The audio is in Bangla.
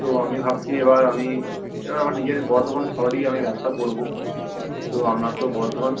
তো আমি ভাবছি এবার আমি এবার আমার নিজের বর্ধমানে শহরেই আমি ব্যবসা করব তো আপনার তো বর্ধমান